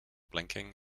blinking